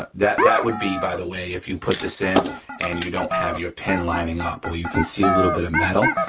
but that that would be, by the way if you put this in and you don't have your pin lining up or you can see a little bit of metal.